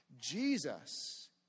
Jesus